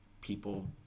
people